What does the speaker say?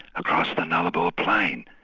across the nullarbor plain.